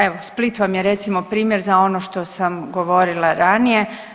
Evo, Split vam je recimo primjer za ono što sam govorila ranije.